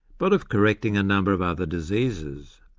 but of correcting a number of other diseases.